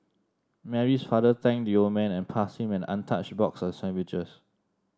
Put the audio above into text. Mary's father thanked the old man and passed him an untouched box of sandwiches